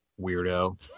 weirdo